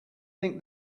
think